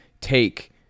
Take